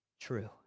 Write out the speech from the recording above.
true